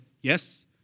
yes